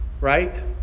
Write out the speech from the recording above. Right